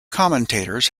commentators